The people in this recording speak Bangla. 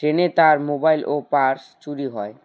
ট্রেনে তার মোবাইল ও পার্স চুরি হয়